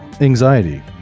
anxiety